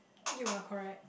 you are correct